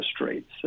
rates